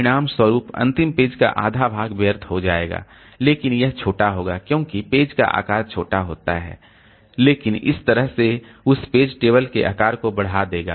परिणामस्वरूप अंतिम पेज का आधा भाग व्यर्थ हो जाएगा लेकिन वह छोटा होगा क्योंकि पेज का आकार छोटा होता है लेकिन इस तरह यह उस पेज टेबल के आकार को बढ़ा देगा